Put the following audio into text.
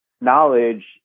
knowledge